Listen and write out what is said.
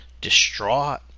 distraught